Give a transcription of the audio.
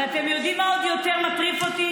ואתם יודעים מה עוד יותר מטריף אותי?